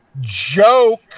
joke